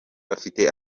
bafite